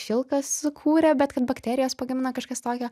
šilką sukūrė bet kad bakterijos pagamina kažkas tokio